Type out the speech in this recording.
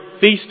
feast